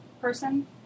person